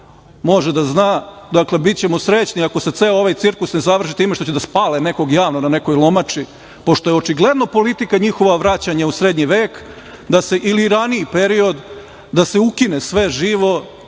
može da zna. Dakle, bićemo srećni ako se ceo ovaj cirkus ne završi tim što će da spale nekoga na nekoj lomači, pošto je očigledno politika njihova vraćanje u Srednji vek ili raniji period, da se ukine sve živo